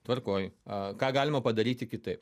tvarkoj a ką galima padaryti kitaip